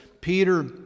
Peter